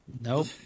nope